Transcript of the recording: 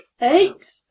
Eight